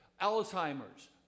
Alzheimer's